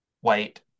white